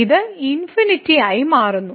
ഇത് ആയി മാറുന്നു